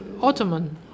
Ottoman